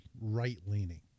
right-leaning